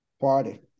party